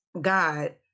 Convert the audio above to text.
God